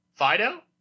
Fido